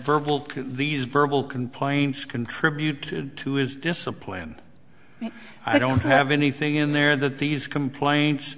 verbal these verbal complaints contributed to his discipline i don't have anything in there that these complaints